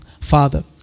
Father